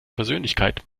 persönlichkeit